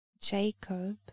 Jacob